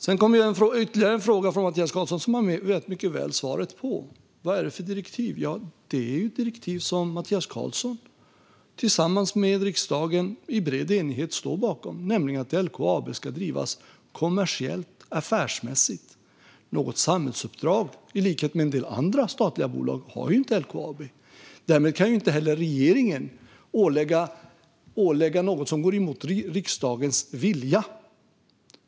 Jag fick ytterligare en fråga från Mattias Karlsson, som han mycket väl vet svaret på. Han frågade om direktivet, och det är ju ett direktiv som Mattias Karlsson tillsammans med riksdagen i bred enighet står bakom. Det innebär att LKAB ska drivas kommersiellt, affärsmässigt. Något samhällsuppdrag i likhet med en del andra statliga bolag har LKAB inte. Därmed kan regeringen heller inte ålägga något som går emot riksdagens vilja.